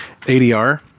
ADR